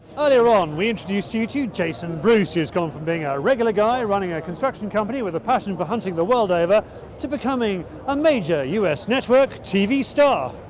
earlier on we introduced you to jason bruce who has gone from being a regular guy running a construction company with a passion for hunting the world over to becoming a major us network, tv star.